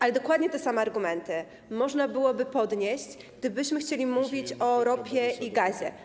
Ale dokładnie te same argumenty można byłoby podnieść, gdybyśmy chcieli mówić o ropie i gazie.